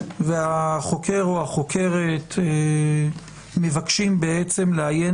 והחוקר או החוקרת מבקשים בעצם לעיין